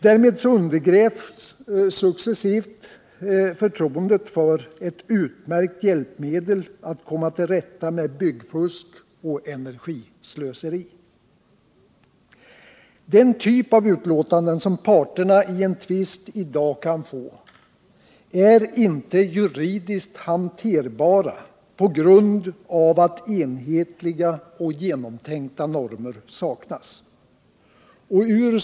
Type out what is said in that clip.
Därmed undergrävs successivt förtroendet för ett utmärkt hjälpmedel för att komma till rätta med byggfusk och energislöseri. Den typ av utlåtanden som parterna i en tvist i dag kan få är inte juridiskt hanterbara på grund av att enhetliga och genomtänkta normer ännu saknas.